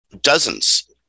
dozens